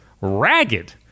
ragged